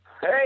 Hey